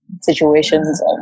situations